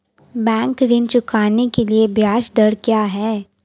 Bank ऋण चुकाने के लिए ब्याज दर क्या है?